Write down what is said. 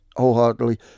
wholeheartedly